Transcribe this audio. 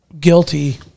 guilty